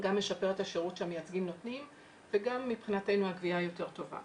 גם משפר את השירות שהמייצגים נותנים וגם מבחינתנו הגבייה יותר טובה.